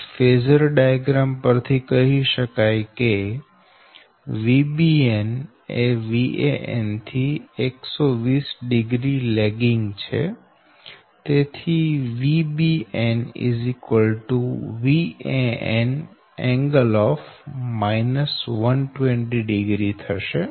આ phasor diagram પર થી કહી શકાય કે Vbn એ Van થી 1200 લેગીંગ છે તેથી Vbn Van ㄥ 1200 થશે